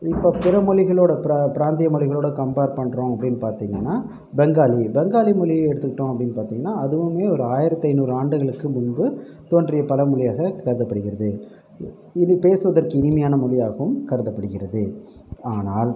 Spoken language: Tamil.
இப்ப பிற மொழிகளோட பிரா பிராந்திய மொழிகளோட கம்ப்பேர் பண்கிறோம் அப்படினு பார்த்தீங்கன்னா பெங்காலி பெங்காலி மொழியை எடுத்துக்கிட்டோம் அப்படின்னு பார்த்தீங்கன்னா அதுவுமே ஒரு ஆயிரத்தி ஐநூறு ஆண்டுகளுக்கு முன்பு தோன்றிய பழமொளியாக கருதப்படுகிறது இது இது பேசுவதற்கு இனிமையான மொழியாகவும் கருதப்படுகிறது ஆனால்